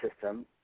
system